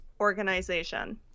organization